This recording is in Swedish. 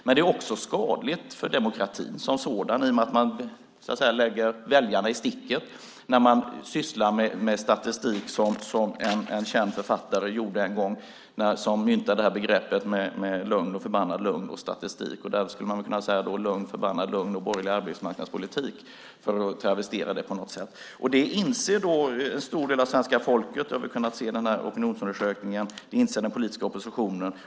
Men det är också skadligt för demokratin som sådan i och med att man lämnar väljarna i sticket när man sysslar med statistik på ett sätt som en gång fick en känd författare att mynta begreppet lögn, förbannad lögn och statistik. Här skulle man kunna säga lögn, förbannad lögn och borgerlig arbetsmarknadspolitik, för att travestera det på något sätt. Detta inser en stor del av svenska folket. Det har vi kunnat se i den här opinionsundersökningen. Det inser den politiska oppositionen.